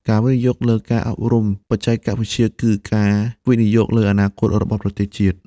ការវិនិយោគលើការអប់រំបច្ចេកវិទ្យាគឺការវិនិយោគលើអនាគតរបស់ប្រទេសជាតិ។